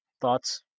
thoughts